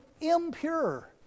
impure